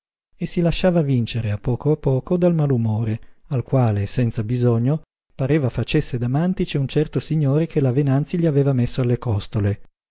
e si lasciava vincere a poco a poco dal malumore al quale senza bisogno pareva facesse da mantice un certo signore che la venanzi gli aveva messo alle costole